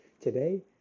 Today